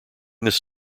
this